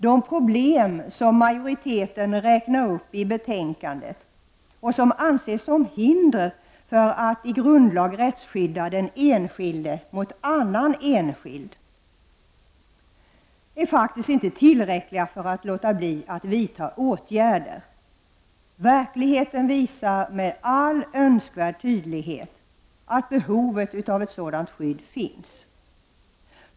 De problem som majoriteten räknar upp i betänkandet och som anses som hinder för att i grundlag rättsskydda den enskilde mot annan enskild är faktiskt inte tillräckliga för att man skall låta bli att vidta åtgärder. Verkligheten visar med all önskvärd tydlighet att behovet av ett sådant skydd finns.